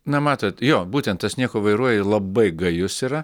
na matot jo būtent tas nieko vairuoji labai gajus yra